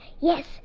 Yes